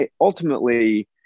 ultimately